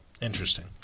Interesting